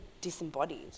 disembodied